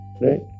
right